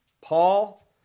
Paul